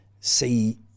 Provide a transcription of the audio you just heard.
see